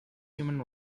human